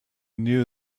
knew